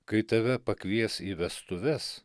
kai tave pakvies į vestuves